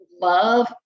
love